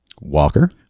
walker